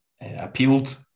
appealed